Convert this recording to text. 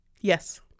Yes